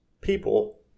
people